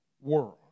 world